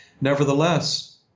nevertheless